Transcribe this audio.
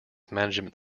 management